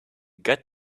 got